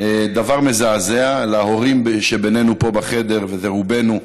דבר מזעזע להורים שבינינו פה בחדר וזה רובנו.